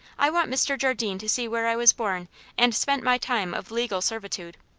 i want mr. jardine to see where i was born and spent my time of legal servitude.